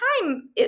time